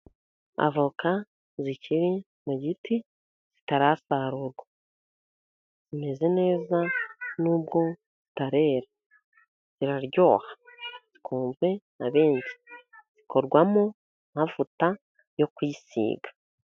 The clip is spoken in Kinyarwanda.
Avoka zikiri mu giti zitarasarurwa, zimeze neza n'ubwo zitarera, ziraryoha zikunzwe na benshi, zikorwamo amavuta yo kwisiga.